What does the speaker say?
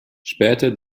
später